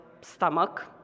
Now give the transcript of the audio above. stomach